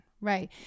right